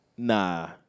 Nah